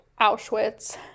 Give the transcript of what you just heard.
Auschwitz